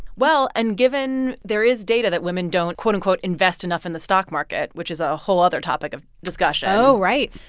well, and given there is data that women don't, quote-unquote, invest enough in the stock market, which is a whole other topic of discussion. oh, right.